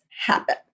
Happen